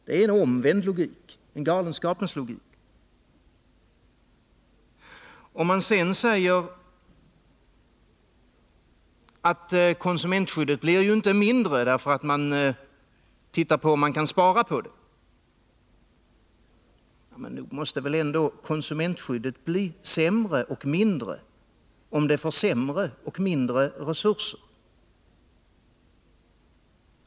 Det är en omvänd logik, en galenskapens logik. Hadar Cars säger att konsumentskyddet inte blir mindre därför att man ser efter om man kan spara på det. Men nog måste väl ändå konsumentskyddet bli sämre och mindre om det får sämre och mindre resurser?